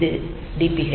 இது DPH